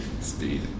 Speed